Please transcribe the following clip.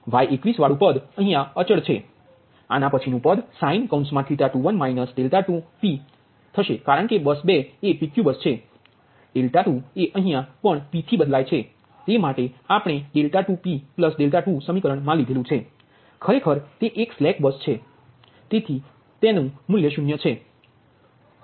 Y21 વાડુ પદ અહીયા અચલ છે આના પછીનુ પદ sin 21 2p થશે કારણ કે બસ 2 એ PQ બસ છે 2એ અહીયા પણ P થી બદલાય છે તે માટે આપણે 2p 21સમીકરણ મા લીધેલુ છે ખરેખર તે એક સ્લેક બસ એંગલ છે અને તેનુ મૂલ્ય 0 છે